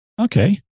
Okay